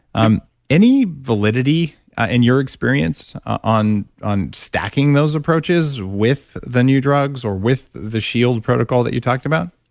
um any validity in your experience on on stacking those approaches with the new drugs or with the shield protocol that you talked about?